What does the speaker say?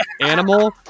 animal